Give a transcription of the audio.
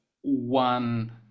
one